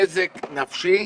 נזק נפשי